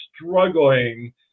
struggling